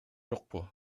жокпу